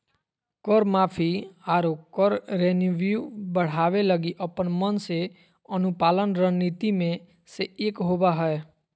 कर माफी, आरो कर रेवेन्यू बढ़ावे लगी अपन मन से अनुपालन रणनीति मे से एक होबा हय